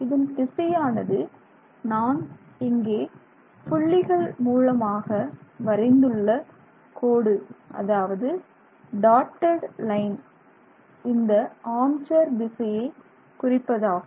இதன் திசையானது நான் இங்கே புள்ளிகள் மூலமாக வரைந்துள்ள கோடு அதாவது டாட்டட் லைன் இந்த ஆர்ம் சேர் திசையை குறிப்பதாகும்